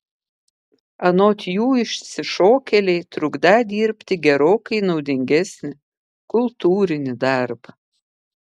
anot jų išsišokėliai trukdą dirbti gerokai naudingesnį kultūrinį darbą